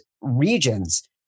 regions